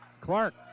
Clark